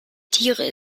tiere